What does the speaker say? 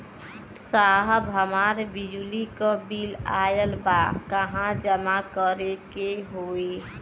साहब हमार बिजली क बिल ऑयल बा कहाँ जमा करेके होइ?